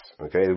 okay